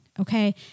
okay